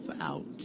out